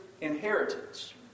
inheritance